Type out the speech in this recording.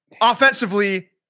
Offensively